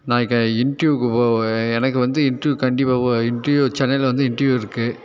நான் இங்கே இண்ட்ரியூவுக்கு போக எனக்கு வந்து இண்ட்ரியூ கண்டிப்பாக போய் இண்ட்ரியூ சென்னையில் வந்து இண்ட்ரியூ இருக்கு